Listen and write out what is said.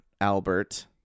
Albert